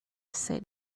said